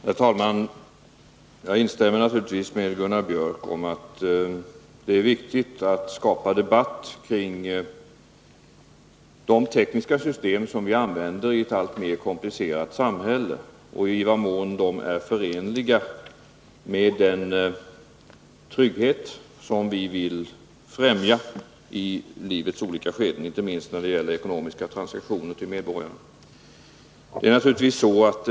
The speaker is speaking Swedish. Herr talman! Jag instämmer naturligtvis med Gunnar Biörck i Värmdö i att det är viktigt att skapa debatt kring de tekniska system som vi använder i ett alltmer komplicerat samhälle och kring frågan om i vad mån dessa är förenliga med den trygghet, inte minst när det gäller ekonomiska transaktioner, som vi vill främja för medborgarna i livets olika skeden.